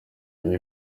ibi